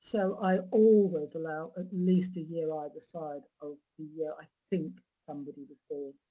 so, i always allow at least a year either side of the year i think somebody was born.